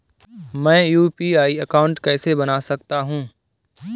मैं UPI account कैसे बना सकता हूं?